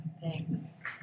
thanks